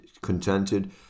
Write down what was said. contented